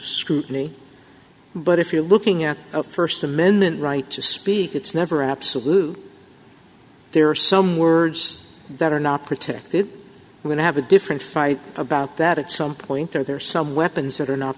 scrutiny but if you're looking at a st amendment right to speak it's never absolute there are some words that are not protected when i have a different fight about that at some point are there some weapons that are not